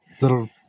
little